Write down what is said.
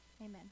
Amen